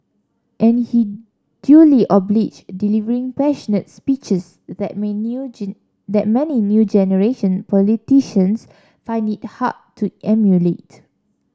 and he duly obliged delivering passionate's speeches that may new that many new generation politicians find it hard to emulate